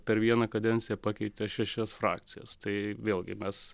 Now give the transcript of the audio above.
per vieną kadenciją pakeitė šešias frakcijas tai vėlgi mes